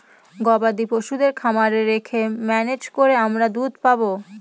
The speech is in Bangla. গবাদি পশুদের খামারে রেখে ম্যানেজ করে আমরা দুধ পাবো